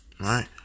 Right